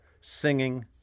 singing